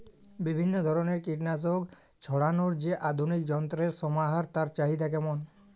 বিভিন্ন ধরনের কীটনাশক ছড়ানোর যে আধুনিক যন্ত্রের সমাহার তার চাহিদা কেমন?